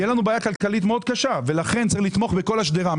תהיה לנו בעיה כלכלית מאוד קשה ולכן צריך לתמוך בכל השדרה,